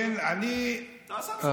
תעשה מסודר, תעשה מסודר.